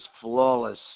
flawless